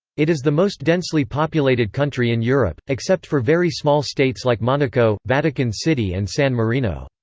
it is the most densely populated country in europe, except for very small states like monaco, vatican city and san marino.